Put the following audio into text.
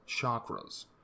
chakras